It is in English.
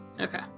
Okay